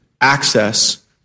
access